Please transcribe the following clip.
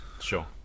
Sure